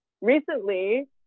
recently